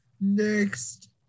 next